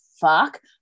fuck